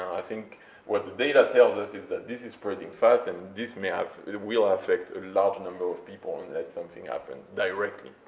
i think what the data tells us is that this is spreading fast, and this may, will affect a large number of people unless something happens directly,